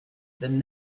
than